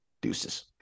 deuces